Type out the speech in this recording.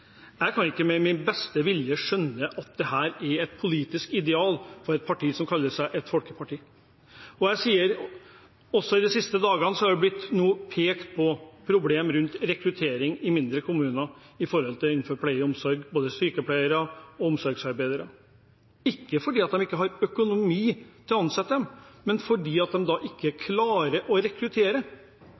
Jeg kan ikke med min beste vilje skjønne at dette er et politisk ideal for et parti som kaller seg et folkeparti. De siste dagene har det blitt pekt på problem rundt rekruttering i mindre kommuner innenfor pleie og omsorg, både av sykepleiere og omsorgsarbeidere – ikke fordi de ikke har økonomi til å ansette dem, men fordi de ikke klarer å rekruttere. De klarer ikke å rekruttere